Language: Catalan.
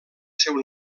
seu